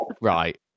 Right